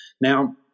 Now